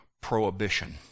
prohibition